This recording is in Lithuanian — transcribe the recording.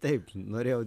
taip norėjau